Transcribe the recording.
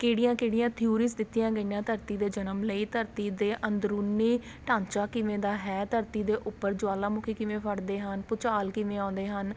ਕਿਹੜੀਆਂ ਕਿਹੜੀਆਂ ਥਿਊਰੀਜ਼ ਦਿੱਤੀਆਂ ਗਈਆਂ ਧਰਤੀ ਦੇ ਜਨਮ ਲਈ ਧਰਤੀ ਦੇ ਅੰਦਰੂਨੀ ਢਾਂਚਾ ਕਿਵੇਂ ਦਾ ਹੈ ਧਰਤੀ ਦੇ ਉੱਪਰ ਜਵਾਲਾਮੁਖੀ ਕਿਵੇਂ ਫੱਟਦੇ ਹਨ ਭੂਚਾਲ ਕਿਵੇਂ ਆਉਂਦੇ ਹਨ